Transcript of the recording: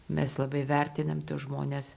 mes labai vertinam tuos žmones